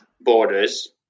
Borders